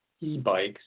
e-bikes